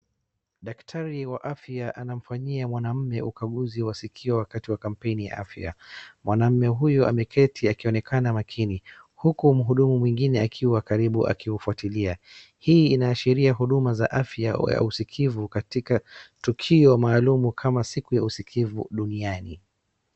Daktari wa afya anamfanyia mwanamume ukaguzi wa sikio wakati wa kampeni ya afya. Mwanamume huyo ameketi akionekana makini huku mhudumu mwingine akiwa karibu akiufuatilia. Hii inaashiria huduma za afya ya usikivu katika tukio maalum kama siku ya usikivu duniani.